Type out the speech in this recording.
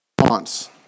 response